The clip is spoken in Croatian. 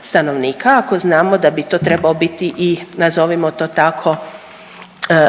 stanovnika ako znamo da bi to trebao biti i nazovimo to tako